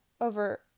over